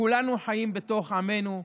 כולנו חיים בתוך עמנו,